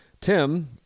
Tim